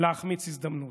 להחמיץ הזדמנות.